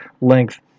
length